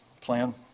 plan